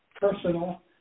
personal